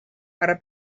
para